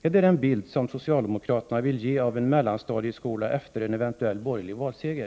Är det denna bild socialdemokraterna vill ge av en mellanstadieskola efter en eventuell borgerlig valseger?